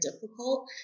difficult